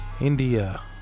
India